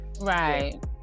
Right